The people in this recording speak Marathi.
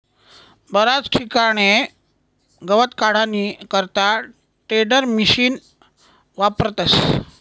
बराच ठिकाणे गवत काढानी करता टेडरमिशिन वापरतस